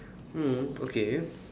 mm okay